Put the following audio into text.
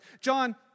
John